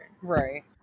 Right